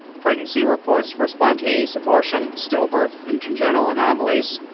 pregnancy reports for spontaneous abortion, stillbirth, and congenital anomalies,